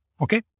okay